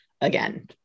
again